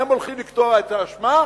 והם הולכים לקבוע את האשמה.